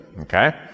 okay